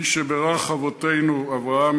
"מי שבירך אבותינו אברהם,